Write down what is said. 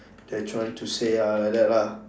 they're trying to say ah like that lah